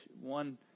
one